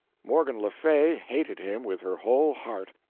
morgan le fay hated him with her whole heart,